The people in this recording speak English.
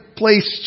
place